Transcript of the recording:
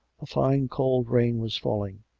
a fine, cold rain was falling,